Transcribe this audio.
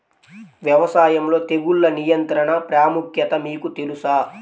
వ్యవసాయంలో తెగుళ్ల నియంత్రణ ప్రాముఖ్యత మీకు తెలుసా?